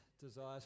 desires